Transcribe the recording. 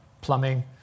plumbing